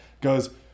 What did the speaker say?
goes